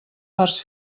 parts